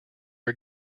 are